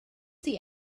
see